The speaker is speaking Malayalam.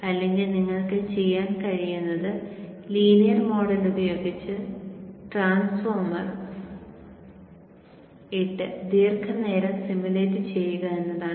അല്ലെങ്കിൽ നിങ്ങൾക്ക് ചെയ്യാൻ കഴിയുന്നത് ലീനിയർ മോഡൽ ഉപയോഗിച്ച് ട്രാൻസ്ഫോർമർ ഇട്ട് ദീർഘനേരം സിമുലേറ്റ് ചെയ്യുക എന്നതാണ്